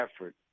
effort